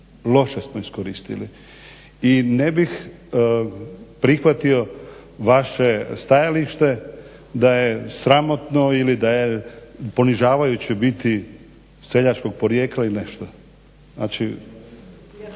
loše smo iskoristili. I ne bih prihvatio vaše stajalište da je sramotno ili da je ponižavajuće biti seljačkog porijekla i nešto. …